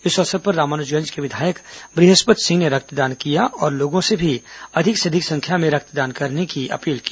इस अवसर पर रामानुजगंज के विधायक बृहस्पत सिंह ने रक्तदान किया और लोगों से भी अधिक से अधिक संख्या में रक्तदान करने की अपील की